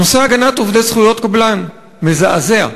נושא הגנת זכויות עובדי קבלן, מזעזע.